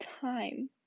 time